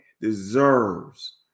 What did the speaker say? deserves